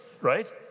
right